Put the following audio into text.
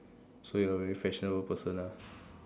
so you're very fashionable person ah